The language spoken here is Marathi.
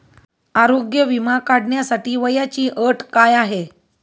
आरोग्य विमा काढण्यासाठी वयाची अट काय आहे?